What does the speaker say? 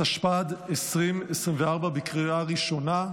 התשפ"ד 2024, בקריאה ראשונה.